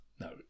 no